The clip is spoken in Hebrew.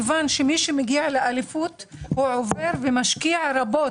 כי מי שמגיע לאליפות עובר ומשקיע רבות